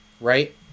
right